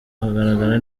akagaragara